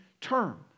term